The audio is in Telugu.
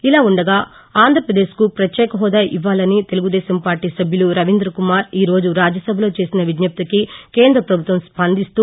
ఇలా ఉండగా ఆంధ్రప్రదేశ్ కు ప్రత్యేక హోదా ఇవ్వాలని తెలుగు దేశం పార్టీ సభ్యులు రవీంద్ర కుమార్ ఈరోజు రాజ్యసభలో చేసిన విజ్జప్తికి కేంద్ర ప్రభుత్వం స్పందిస్తూ